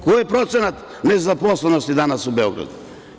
Koji je procenat nezaposlenosti danas u Beogradu?